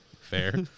Fair